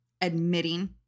admitting